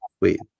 wait